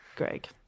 Greg